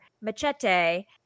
Machete